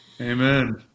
Amen